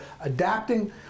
adapting